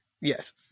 Yes